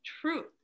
truth